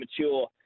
mature